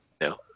No